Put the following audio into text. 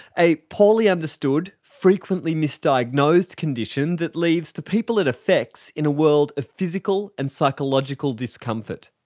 a poorly understood, frequently misdiagnosed condition that leaves the people it affects in a world of physical and psychological discomfort.